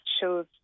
shows